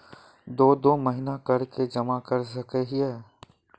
दो दो महीना कर के जमा कर सके हिये?